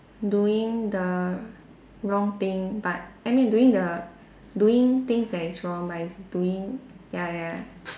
doing the wrong thing but I mean doing the doing things that is wrong but is doing ya ya